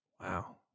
Wow